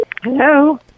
Hello